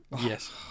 Yes